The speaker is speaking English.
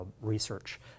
research